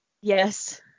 yes